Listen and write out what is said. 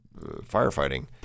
firefighting